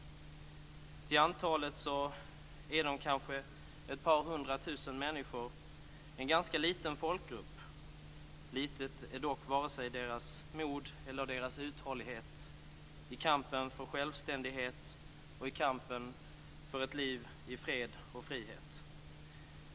Till antalet är de kanske ett par hundra tusen människor - en ganska liten folkgrupp. Litet är dock varken deras mod eller deras uthållighet i kampen för självständighet och i kampen för ett liv i fred och frihet.